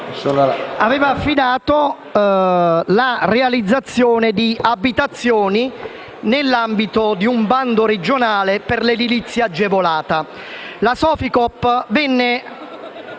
liquidazione) la realizzazione di abitazioni nell'ambito di un bando regionale per l'edilizia agevolata.